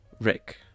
Rick